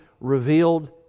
revealed